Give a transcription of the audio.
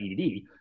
EDD